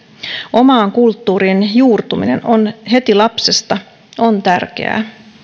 omaan kulttuuriin juurtuminen heti lapsesta on tärkeää